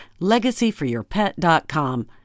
Legacyforyourpet.com